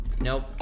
nope